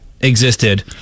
existed